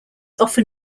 often